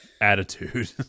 attitude